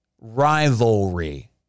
rivalry